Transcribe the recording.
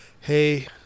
hey